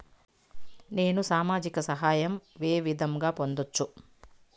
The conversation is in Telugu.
నేను సామాజిక సహాయం వే విధంగా పొందొచ్చు?